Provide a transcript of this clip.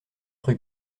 rue